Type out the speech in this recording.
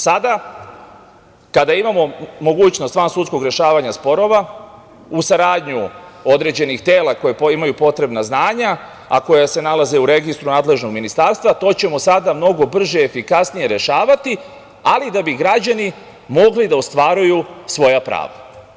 Sada, kada imamo mogućnost vansudskog rešavanja sporova, uz saradnju određenih tela koja imaju potrebna znanja, a koja se nalaze u registru nadležnog ministarstva, to ćemo sada mnogo brže i efikasnije rešavati, ali da bi građani mogli da ostvaruju svoja prava.